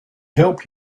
help